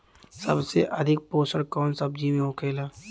सबसे अधिक पोषण कवन सब्जी में होखेला?